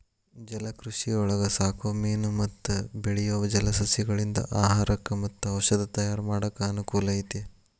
ಜಲಕೃಷಿಯೊಳಗ ಸಾಕೋ ಮೇನು ಮತ್ತ ಬೆಳಿಯೋ ಜಲಸಸಿಗಳಿಂದ ಆಹಾರಕ್ಕ್ ಮತ್ತ ಔಷದ ತಯಾರ್ ಮಾಡಾಕ ಅನಕೂಲ ಐತಿ